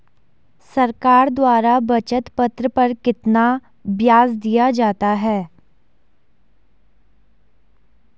सरकार द्वारा बचत पत्र पर कितना ब्याज दिया जाता है?